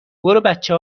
بچه